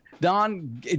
don